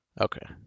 Okay